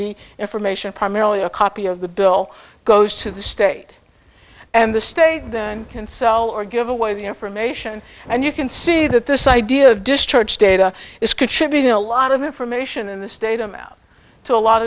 the information primarily a copy of the bill goes to the state and the state then can sell or give away the information and you can see that this idea of discharge data is contributing a lot of information in the state amount to a lot